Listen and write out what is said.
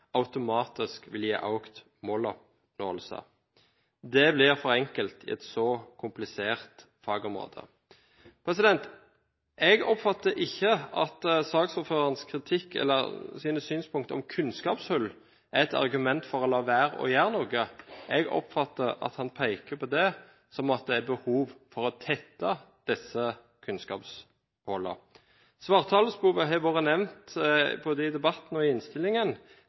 automatisk vil gi økt måloppnåelse. Det blir for enkelt i et så komplisert fagområde. Jeg oppfatter ikke at saksordførerens kritikk av, eller synspunkter på, kunnskapshull er et argument for å la være å gjøre noe. Jeg oppfatter at han peker på at det er behov for å tette disse kunnskapshullene. Svarthalespove har vært nevnt både i debatten og i innstillingen.